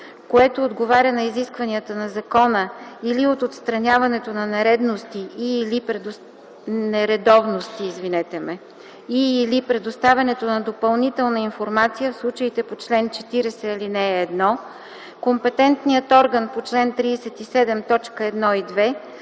което отговаря на изискванията на закона, или от отстраняването на нередовности и/или предоставянето на допълнителна информация в случаите по чл. 40, ал. 1, компетентният орган по чл. 37, т. 1 и 2